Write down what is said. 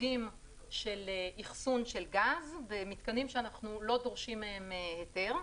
בסוגים של אחסון של גז ומתקנים שאנחנו לא דורשים מהם היתר.